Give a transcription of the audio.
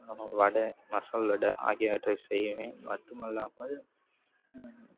அப்புறம் வட மசால் வடை ஆகியவற்றை செய்வேன் மற்றும் அல்லாமல் ம்